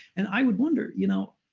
and i would wonder, you know,